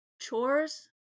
chores